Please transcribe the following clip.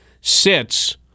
sits